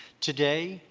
today,